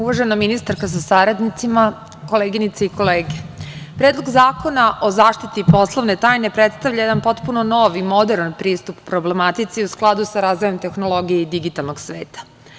Uvažena ministarka sa saradnicima, koleginice i kolege, Predlog zakona o zaštiti poslovne tajne predstavlja jedan potpuni nov i moderan pristup problematici u skladu sa razvojem tehnologije i digitalnog sveta.